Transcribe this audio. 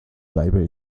bleibe